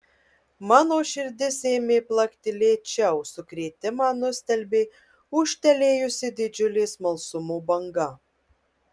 mano širdis ėmė plakti lėčiau sukrėtimą nustelbė ūžtelėjusi didžiulė smalsumo banga